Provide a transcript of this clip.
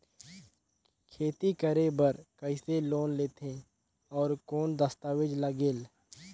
खेती करे बर कइसे लोन लेथे और कौन दस्तावेज लगेल?